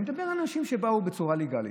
אני מדבר על אנשים שבאו בצורה לגאלית.